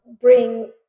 bring